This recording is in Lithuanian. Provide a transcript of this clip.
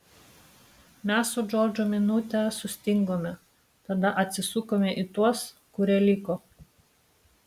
mes su džordžu minutę sustingome tada atsisukome į tuos kurie liko